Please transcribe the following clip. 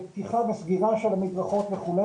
לפתיחה וסגירה של המדרכות וכו',